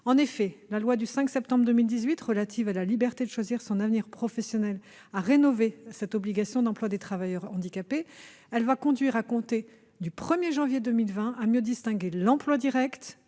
En effet, la loi du 5 septembre 2018 pour la liberté de choisir son avenir professionnel a rénové cette obligation d'emploi des travailleurs handicapés. Elle va conduire, à compter du 1 janvier 2020, à mieux distinguer l'emploi direct